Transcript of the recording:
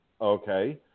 okay